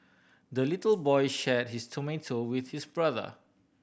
the little boy shared his tomato with his brother